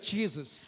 Jesus